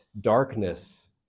darkness